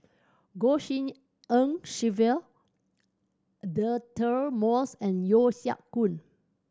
Goh Tshin En Sylvia Deirdre Moss and Yeo Siak Goon